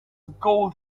gold